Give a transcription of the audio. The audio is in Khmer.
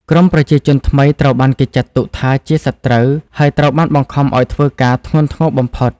ក្រុមប្រជាជនថ្មីត្រូវបានគេចាត់ទុកថាជា "សត្រូវ" ហើយត្រូវបានបង្ខំឱ្យធ្វើការធ្ងន់ធ្ងរបំផុត។